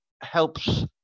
helps